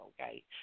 okay